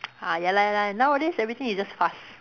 ah ya lah ya lah nowadays everything is just fast